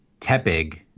Tepig